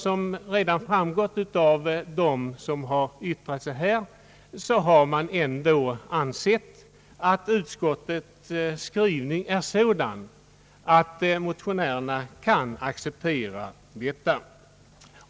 Motionärerna har, såsom framgått av tidigare yttranden här, dock ansett att utskottets skrivning är sådan att den kan accepteras.